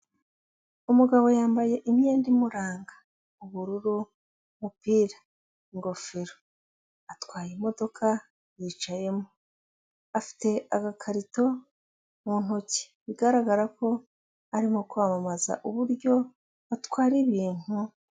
Umugabo yambaye imyenda imuranga, ubururu, umupira, ingofero, atwaye imodoka yicayemo, afite agakarito mu ntoki, bigaragara ko arimo kwamamaza uburyo atwara ibintu.